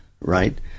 right